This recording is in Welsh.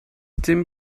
dim